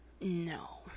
No